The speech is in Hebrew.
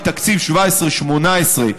מתקציב 2017 2018,